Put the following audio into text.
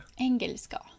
Engelska